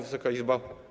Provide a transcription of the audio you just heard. Wysoka Izbo!